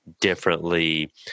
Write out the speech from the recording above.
differently